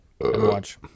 Watch